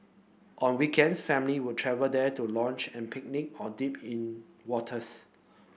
on weekends family would travel there to lounge and picnic or dip in waters